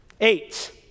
Eight